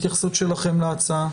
התייחסות שלכם להצעה.